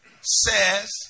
says